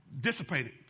dissipated